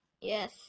Yes